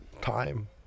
time